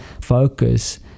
Focus